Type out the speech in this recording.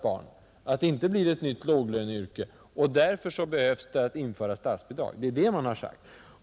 Det får inte bli ett nytt låglöneyrke att se efter barn, Därför är det nödvändigt att införa statsbidrag. Det är vad vi har sagt.